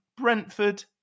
Brentford